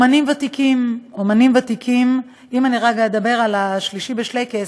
אם אני לרגע אדבר על ה"שלישי בשלייקס",